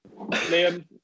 Liam